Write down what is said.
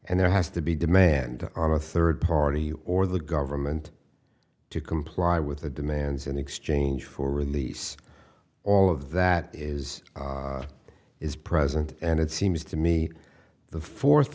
and there has to be demand on a third party or the government to comply with the demands in exchange for release all of that is is present and it seems to me the fo